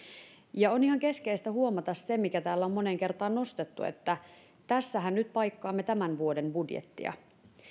on ihan keskeistä huomata se mikä täällä on moneen kertaan nostettu tässähän nyt paikkaamme tämän vuoden budjettia